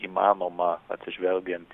įmanoma atsižvelgiant